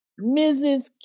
Mrs